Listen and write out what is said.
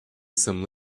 some